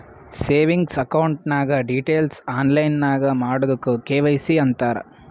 savings account ನಾಗ್ details online ನಾಗ್ ಮಾಡದುಕ್ ಕೆ.ವೈ.ಸಿ ಅಂತಾರ್